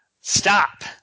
stop